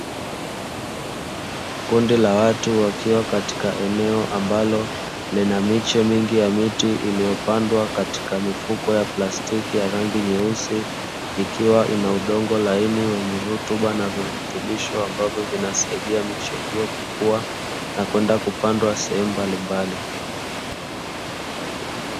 Kundi la watu wakiwa katika eneo ambalo lina miche mingi ya miti iliyopandwa katika mifuko ya plastiki ya rangi nyeusi ikiwa ina udongo laini wenye rutuba na virutubisho ambavyo vinasaidia miche hio kukua na kwenda kupandwa sehemu mbalimbali.